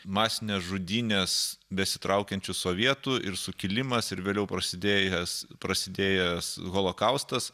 masinės žudynės besitraukiančių sovietų ir sukilimas ir vėliau prasidėjęs prasidėjęs holokaustas